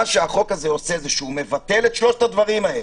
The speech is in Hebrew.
מה שהחוק הזה עושה הוא מבטל את שלושת הדברים האלה.